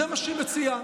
זה מה שהיא מציעה,